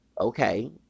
okay